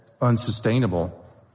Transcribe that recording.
unsustainable